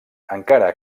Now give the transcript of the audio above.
encara